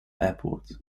airport